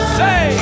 say